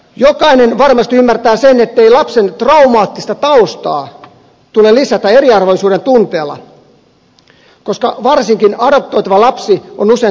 jokainen varmasti ymmärtää sen ettei lapsen traumaattista taustaa tule lisätä eriarvoisuuden tunteella koska varsinkin adoptoitava lapsi on usein traumatisoitunut